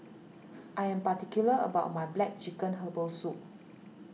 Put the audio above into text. I am particular about my Black Chicken Herbal Soup